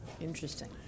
Interesting